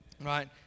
Right